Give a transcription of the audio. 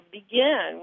begin